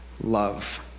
love